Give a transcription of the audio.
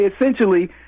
essentially